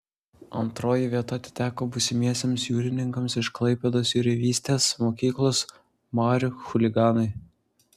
antroji vieta atiteko būsimiesiems jūrininkams iš klaipėdos jūreivystės mokyklos marių chuliganai